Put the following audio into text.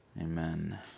amen